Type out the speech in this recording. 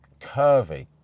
curvy